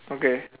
okay